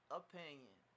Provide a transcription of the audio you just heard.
opinion